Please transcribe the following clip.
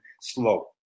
slow